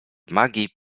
magii